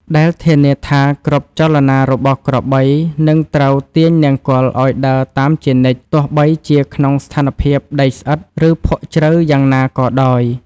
ដែលធានាថាគ្រប់ចលនារបស់ក្របីនឹងត្រូវទាញនង្គ័លឱ្យដើរតាមជានិច្ច ទោះបីជាក្នុងស្ថានភាពដីស្អិត ឬភក់ជ្រៅយ៉ាងណាក៏ដោយ។